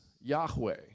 Yahweh